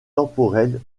temporel